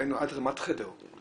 דהיינו עד רמת חדר,